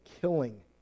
killing